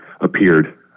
appeared